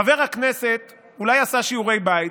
חבר הכנסת אולי עשה שיעורי בית,